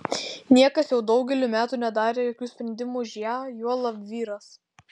niekas jau daugelį metų nedarė jokių sprendimų už ją juolab vyras